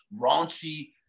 raunchy